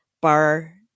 bar